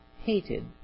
hated